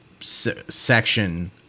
section